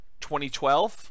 2012